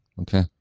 Okay